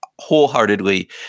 wholeheartedly